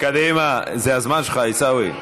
קדימה, זה הזמן שלך, עיסאווי.